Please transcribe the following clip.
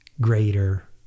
greater